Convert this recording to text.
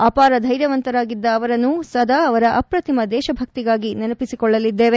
ಅಪಾರ ಧೈರ್ಯವಂತರಾಗಿದ್ದ ಅವರನ್ನು ಸದಾ ಅವರ ಅಪ್ರತಿಮ ದೇಶಭಕ್ತಿಗಾಗಿ ನೆನಪಿಸಿಕೊಳ್ಳಲಿದ್ದೇವೆ